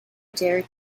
dared